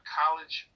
college